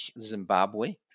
Zimbabwe